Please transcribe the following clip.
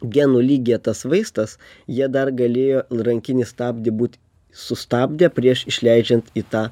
genų lygyje tas vaistas jie dar galėjo rankinį stabdį būt sustabdę prieš išleidžiant į tą